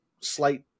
slight